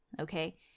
Okay